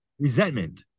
resentment